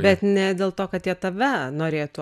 bet ne dėl to kad jie tave norėtų